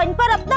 and but